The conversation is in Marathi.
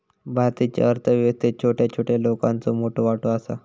भारतीच्या अर्थ व्यवस्थेत छोट्या छोट्या लोकांचो मोठो वाटो आसा